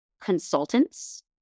consultants